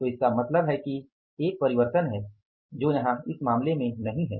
तो इसका मतलब है कि एक परिवर्तन है जो यहाँ इस मामले में नहीं है